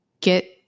get